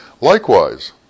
Likewise